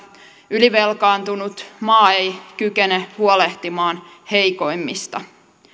ylivelkaantunut maa ei kykene huolehtimaan heikoimmista